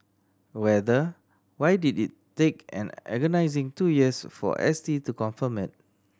rather why did it take an agonising two years for S T to confirm it